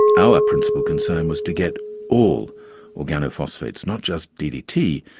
our principal concern was to get all organophosphates, not just ddt,